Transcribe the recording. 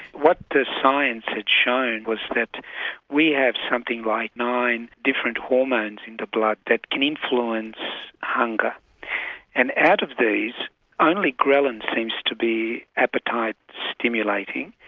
what the science had shown was that we have something like nine different hormones in the blood that can influence hunger and out of these only ghrelin seems to be appetite stimulating.